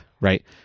Right